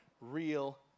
real